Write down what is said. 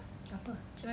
apa